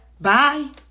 Bye